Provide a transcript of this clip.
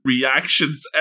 reactions